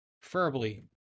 preferably